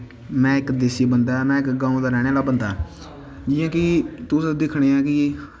में इक देस्सी बंदा ऐं में इक गांव दा रौह्ने आह्ला बंदा ऐं जियां कि तुस दिक्खनें ऐं कि